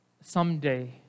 someday